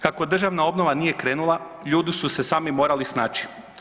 Kako državna obnova nije krenula, ljudi su se sami morali snaći.